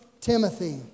Timothy